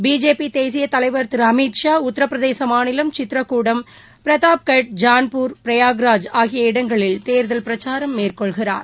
பிஜேபிதேசியதலைவர் திருஅமித் ஷா உத்தரப்பிரதேசமாநிலம் சித்திரக்கூடம் பிரதாப்கட் ஜான்பூர் பிரயாக்ராஜ் ஆகிய இடங்களில் தேர்தல் பிரச்சாரம் மேற்கொள்கிறார்